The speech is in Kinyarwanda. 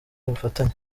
ubufatanye